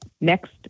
next